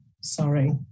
Sorry